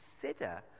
consider